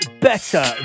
Better